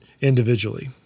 individually